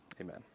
Amen